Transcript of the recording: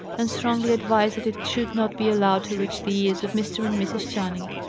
and strongly advised that it should not be allowed to reach the ears of mr. and mrs. channing.